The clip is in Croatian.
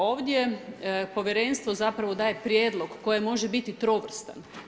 Ovdje povjerenstvo zapravo daje prijedlog koje može biti trobostan.